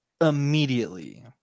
immediately